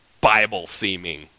Bible-seeming